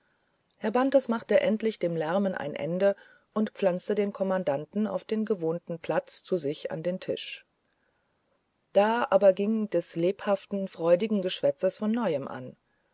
vater bantes machte endlich dem lärmen ein ende und pflanzte den kommandanten auf den gewohnten platz zu sich an den tisch da aber ging das lebhafte freudige geschwätz von neuem an